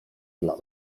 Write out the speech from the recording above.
dla